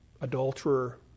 adulterer